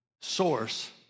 source